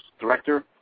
director